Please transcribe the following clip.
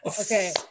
Okay